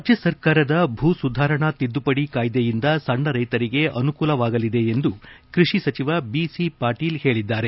ರಾಜ್ಯ ಸರ್ಕಾರದ ಭೂ ಸುಧಾರಣಾ ತಿದ್ದುಪಡಿ ಕಾಯ್ದೆಯಿಂದ ಸಣ್ಣ ರೈತರಿಗೆ ಅನುಕೂಲವಾಗಲಿದೆ ಎಂದು ಕೈಷಿ ಸಚಿವ ಐ ಸಿ ಪಾಟೀಲ್ ಹೇಳಿದ್ದಾರೆ